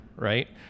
Right